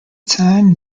time